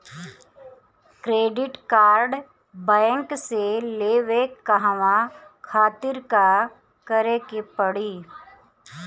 Credit card bank से लेवे कहवा खातिर का करे के पड़ी?